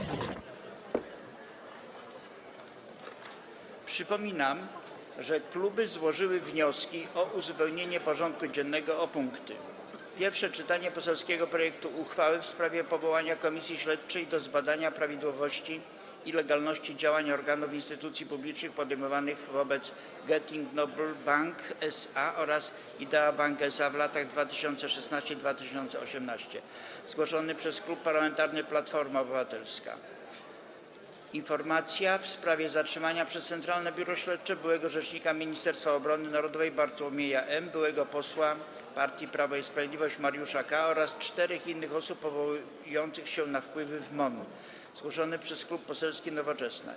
Przypominam, że kluby złożyły wnioski o uzupełnienie porządku dziennego o punkty: - Pierwsze czytanie poselskiego projektu uchwały w sprawie powołania Komisji Śledczej do zbadania prawidłowości i legalności działań organów i instytucji publicznych podejmowanych wobec Getin Noble Bank SA oraz Idea Bank SA w latach 2016–2018, zgłoszony przez Klub Parlamentarny Platforma Obywatelska - Koalicja Obywatelska, - Informacja w sprawie zatrzymania przez Centralne Biuro Śledcze byłego rzecznika Ministerstwa Obrony Narodowej Bartłomieja M., byłego posła partii Prawo i Sprawiedliwość Mariusza K. oraz czterech innych osób powołujących się na wpływy w MON, zgłoszony przez Klub Poselski Nowoczesna,